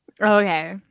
Okay